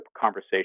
conversation